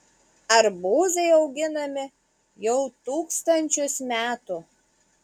arbūzai auginami jau tūkstančius metų